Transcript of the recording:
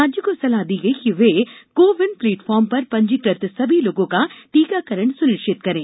राज्यों को सलाह दी गई है कि वे को विन प्लेटफार्म पर पंजीकृत सभी लोगों का टीकाकरण सुनिश्चित करें